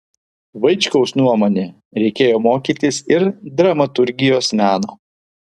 vaičkaus nuomone reikėjo mokytis ir dramaturgijos meno